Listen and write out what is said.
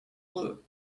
blue